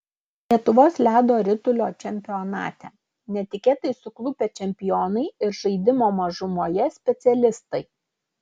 lietuvos ledo ritulio čempionate netikėtai suklupę čempionai ir žaidimo mažumoje specialistai